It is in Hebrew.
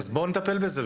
בואו נטפל בזה.